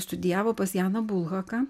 studijavo pas janą bulhaką